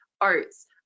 oats